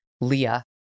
leah